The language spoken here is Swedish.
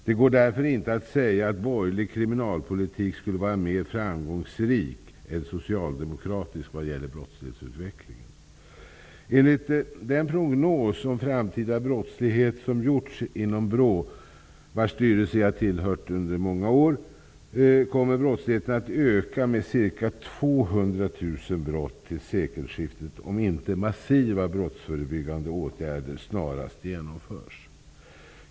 Det går därför inte att säga att borgerlig kriminalpolitik skulle vara mer framgångsrik än socialdemokratisk vad gäller brottsutvecklingen. Enligt den prognos om framtida brottslighet som gjorts inom BRÅ, vars styrelse jag tillhört under många år, kommer brottsligheten att öka med ca 200 000 brott till sekelskiftet om inte massiva brottsförebyggande åtgärder snarast genomförs.